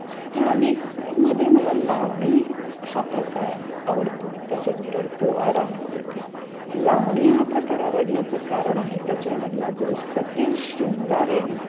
स्थानिकमध्ये मला लावणी हा प्रकार आवडतो त्याच्याच बरोबर पोवाडा हा आवडतो लावणी हा प्रकार आवडण्याचं कारण आहे त्याच्यामधला जो सटल शृंगार आहे ना